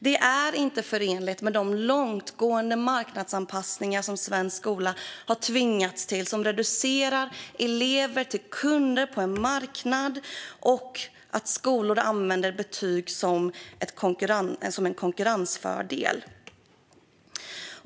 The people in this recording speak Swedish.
Detta är inte förenligt med de långtgående marknadsanpassningar som svensk skola har tvingats till, anpassningar som reducerar elever till kunder på en marknad och leder till att skolor använder betyg som en konkurrensfördel.